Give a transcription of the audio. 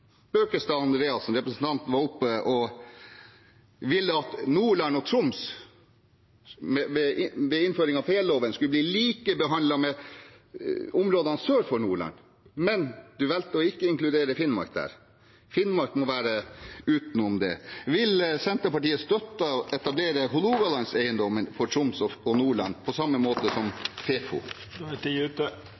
Bøkestad Andreassen var oppe og ville at Nordland og Troms ved innføring av fjelloven skulle bli likebehandlet med områdene sør for Nordland. Men hun valgte ikke å inkludere Finnmark der, Finnmark må være utenom det. Vil Senterpartiet støtte etablering av Hålogalandseiendommen for Troms og Nordland på samme måte som